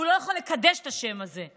הוא לא יכול לקדש את השם הזה,